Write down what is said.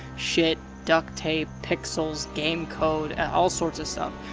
shit, duct tape, pixels, game code and all sorts of stuff.